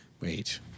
Wait